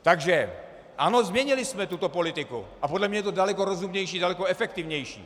Takže ano, změnili jsme tuto politiku a podle mě je to daleko rozumnější, daleko efektivnější.